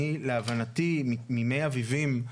להבנתי ממי אביבים,